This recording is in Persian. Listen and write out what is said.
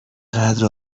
قدر